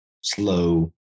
slow